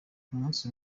umunsi